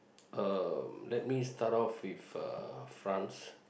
uh let me start off with uh France